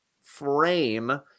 frame